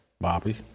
Bobby